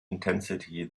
intensity